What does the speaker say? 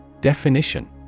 Definition